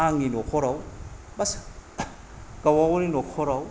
आंनि न'खराव बा गावबागावनि न'खराव